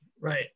right